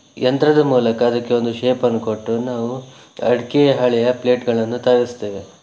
ಯಂತ್ರದ ಮೂಲಕ ಅದಕ್ಕೆ ಒಂದು ಶೇಪನ್ನು ಕೊಟ್ಟು ನಾವು ಅಡಿಕೆ ಹಾಳೆಯ ಪ್ಲೇಟ್ಗಳನ್ನು ತಯಾರಿಸ್ತೇವೆ